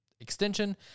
extension